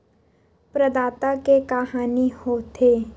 प्रदाता के का हानि हो थे?